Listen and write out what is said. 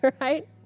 right